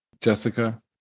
Jessica